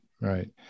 Right